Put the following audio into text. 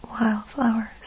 Wildflowers